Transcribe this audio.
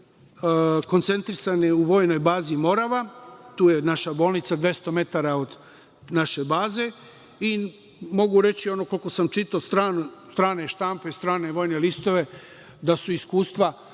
su koncentrisane u vojnoj bazi „Morava“. Tu je naša bolnica, 200 metara od naše baze i mogu reći, ono koliko sam čitao strane štampe, strane vojne listove, da su iskustva